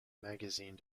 magazine